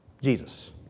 Jesus